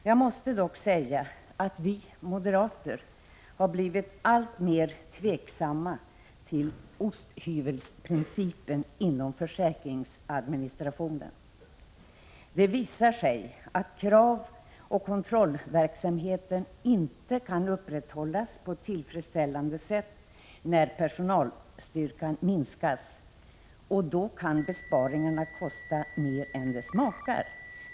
Jag måste dock säga att vi moderater har blivit alltmer tveksamma till ”osthyvelsprincipen” inom försäkringsadministrationen. Det visar sig att kravoch kontrollverksamheten inte kan upprätthållas på ett tillfredsställande sätt när personalstyrkan minskas, och då kan besparingarna kosta mera än de smakar.